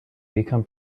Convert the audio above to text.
become